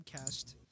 podcast